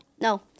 No